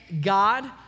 God